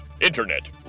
Internet